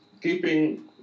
keeping